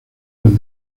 del